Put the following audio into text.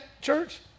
church